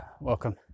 welcome